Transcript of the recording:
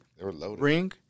Ring